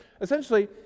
essentially